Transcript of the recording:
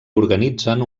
organitzen